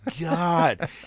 God